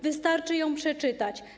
Wystarczy ją przeczytać.